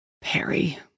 Perry